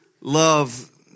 Love